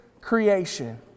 creation